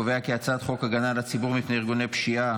הצעת חוק הגנה על הציבור מפני ארגוני פשיעה,